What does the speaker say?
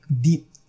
Deep